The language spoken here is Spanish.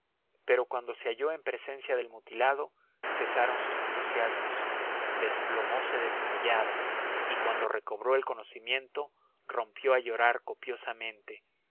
pero cuando se halló presencia del mutilado cesaron sus entusiasmos desplomose desmayada y cuando recobró el conocimiento rompió a llorar copiosamente